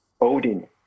Odin